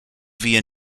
via